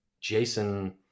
Jason